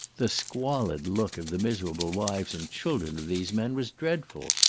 the squalid look of the miserable wives and children of these men was dreadful,